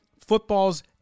football's